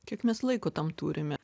kiek mes laiko tam turime